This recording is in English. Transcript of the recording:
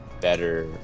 better